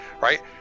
right